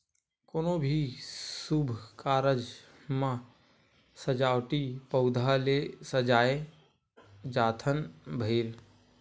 कोनो भी सुभ कारज म सजावटी पउधा ले सजाए जाथन भइर